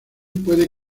puede